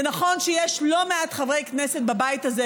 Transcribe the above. זה נכון שיש לא מעט חברי כנסת בבית הזה,